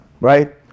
right